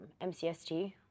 MCST